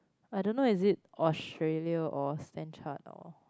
I don't know is it Australia or stand chart